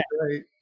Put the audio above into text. great